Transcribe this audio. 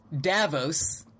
Davos